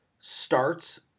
starts